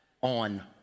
on